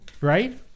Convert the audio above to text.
right